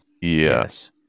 Yes